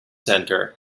centre